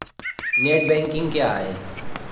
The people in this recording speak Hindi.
नेट बैंकिंग क्या है?